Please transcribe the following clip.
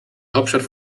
hauptstadt